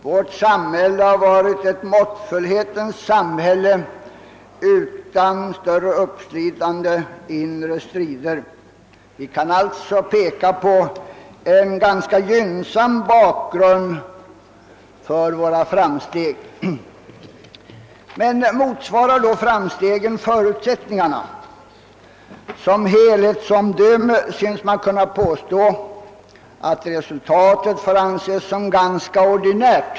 Vårt samhälle har varit ett måttfullhetens samhälle utan större uppslitande inre strider. Vi kan alltså peka på en ganska gynnsam bakgrund för våra framsteg. Men motsvarar då framstegen förutsättningarna? Som helhetsomdöme synes man kunna påstå att resultatet får anses som ganska ordinärt.